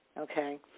okay